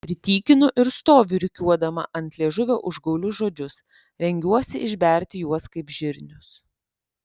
pritykinu ir stoviu rikiuodama ant liežuvio užgaulius žodžius rengiuosi išberti juos kaip žirnius